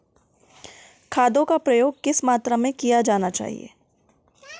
खादों का प्रयोग किस मात्रा में किया जाना चाहिए?